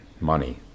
money